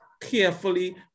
carefully